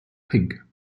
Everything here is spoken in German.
pink